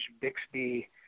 Bixby